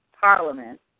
parliament